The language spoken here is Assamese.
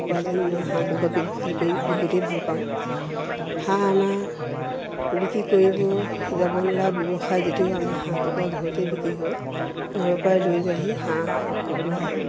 উপাৰ্জন মই হাঁহ কুকুৰা ব্যৱসায় কৰি বহুতেই ভালপাওঁ হাঁহ আমাৰ বিক্ৰী কৰিব যাব নালাগে ব্যৱসায় যদিও আমাৰ হাঁহ কুকুৰা ঘৰতেই বিক্ৰী হয় ঘৰৰপৰাই লৈ যায়হি হাঁহ হওক কুকুৰা হওক